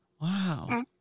Wow